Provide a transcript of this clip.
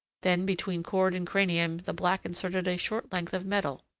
then between cord and cranium the black inserted a short length of metal,